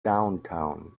downtown